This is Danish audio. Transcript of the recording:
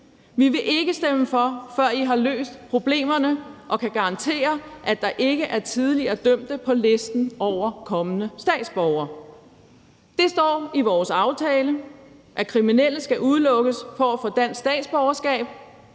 Vi vil ikke stemme for, før I har løst problemerne og kan garantere, at der ikke er tidligere dømte på listen over kommende statsborgere. Det står i vores aftale, at kriminelle skal udelukkes fra at få dansk statsborgerskab.